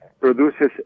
produces